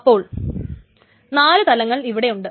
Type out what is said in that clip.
അപ്പോൾ നാലു തലങ്ങൾ ഇവിടെ ഉണ്ട്